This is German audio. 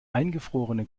eingefrorene